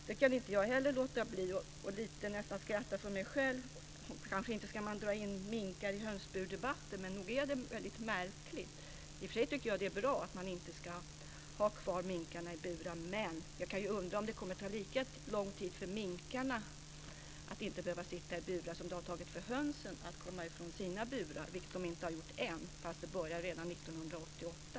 Slutligen vill jag säga att jag inte kan låta bli att nästan skratta för mig själv. Inte ska minkarna dras in i hönsbursdebatten, men nog är detta väldigt märkligt. I och för sig tycker jag att det är bra att man inte ska ha kvar minkarna i burar, men jag undrar om det kommer att ta lika lång tid för minkarna att få en situation där de inte behöver sitta i burar som det tagit för hönsen att komma ifrån sina burar. Det har de ju ännu inte gjort fastän det hela började redan år 1988.